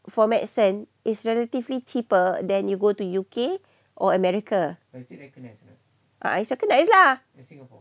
for medicine is relatively cheaper than you go to U_K or america uh it's recognise lah